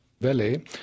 valley